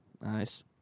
Nice